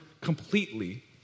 completely